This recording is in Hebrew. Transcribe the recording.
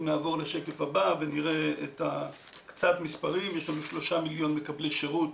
יש לנו שלושה מיליון מקבלי שירות